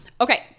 okay